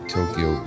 Tokyo